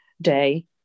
day